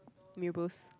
Mee-Rebus